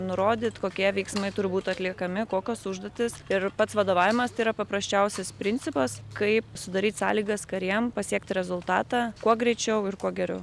nurodyt kokie veiksmai turi būt atliekami kokios užduotys ir pats vadovavimas tai yra paprasčiausias principas kaip sudaryt sąlygas kariem pasiekti rezultatą kuo greičiau ir kuo geriau